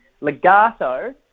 Legato